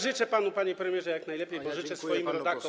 Życzę panu, panie premierze, jak najlepiej, bo życzę swoim rodakom.